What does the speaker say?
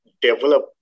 develop